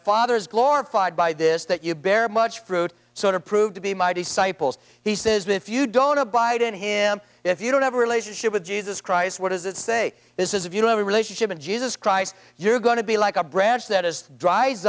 father's glorified by this that you bear much fruit so to prove to be my disciples he says but if you don't abide in him if you don't have a relationship with jesus christ what does it say this is if you don't have a relationship with jesus christ you're going to be like a branch that is dries